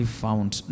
found